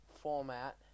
format